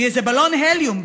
איזה בלון הליום,